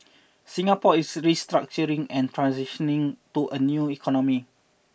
Singapore is restructuring and transitioning to a new economy